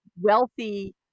wealthy